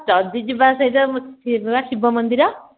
ଯଦି ଯିବା ସେ ଯେଉଁ ଶିବ ସେଠି ପରା ଶିବମନ୍ଦିର